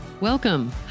Welcome